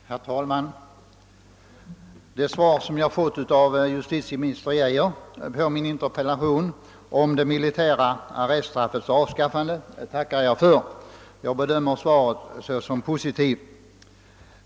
Herr talman! Det svar jag fått av justitieminister Geijer på min interpellation om det militära arreststraffets avskaffande tackar jag för; jag bedömer det som positivt.